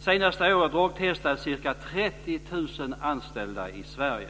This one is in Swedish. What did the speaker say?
Senaste året drogtestades ca 30 000 anställda i Sverige.